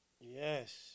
Yes